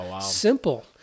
simple